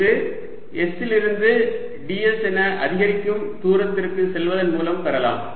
இது s லிருந்து ds என அதிகரிக்கும் தூரத்திற்கு செல்வதன் மூலம் பெறலாம்